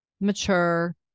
mature